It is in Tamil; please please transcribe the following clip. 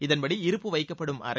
இதன்படி இருப்பு வைக்கப்படும் அறை